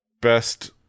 best